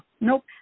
Nope